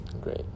great